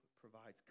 provides